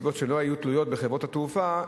מסיבות שלא היו תלויות בחברות התעופה,